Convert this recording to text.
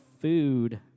food